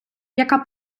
яка